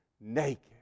naked